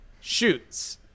shoots